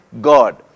God